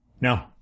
No